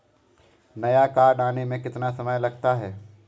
नया कार्ड आने में कितना समय लगता है?